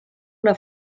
una